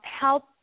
help